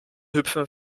hüpfen